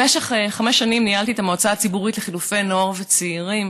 במשך חמש שנים ניהלתי את המועצה הציבורית לחילופי נוער וצעירים,